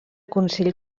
consell